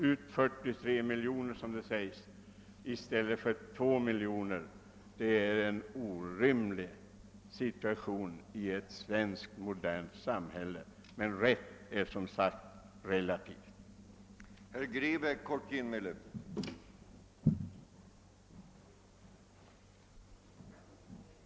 Det sägs att närmare 40 miljoner har betalats i stället för 2 miljoner. Det är en orimlig situation i vårt moderna svenska samhälle, men rätt är som sagt ett relativt begrepp.